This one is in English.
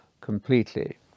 completely